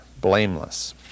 blameless